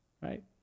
right